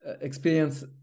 experience